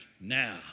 now